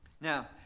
Now